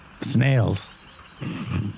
snails